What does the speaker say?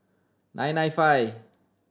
nine nine five